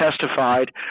testified